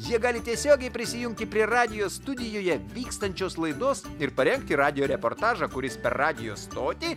jie gali tiesiogiai prisijungti prie radijo studijoje vykstančios laidos ir parengti radijo reportažą kuris per radijo stotį